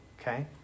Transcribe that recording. okay